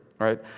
right